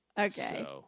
Okay